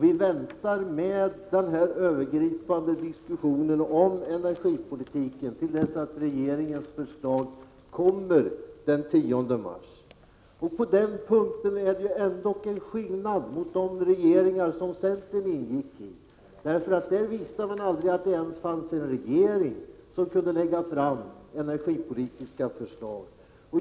Vi väntar med den övergripande diskussionen om energipolitiken tills regeringens förslag kommit den 10 mars. På den punkten är det en skillnad jämfört med de regeringar som centern ingick i. Då visste man aldrig att det ens fanns en regering som kunde lägga fram energipolitiska förslag.